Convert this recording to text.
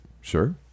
Sure